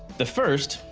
the first,